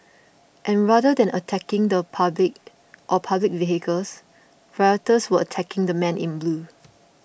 and rather than attacking the public or public vehicles rioters were attacking the men in blue